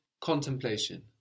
contemplation